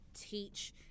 teach